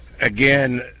again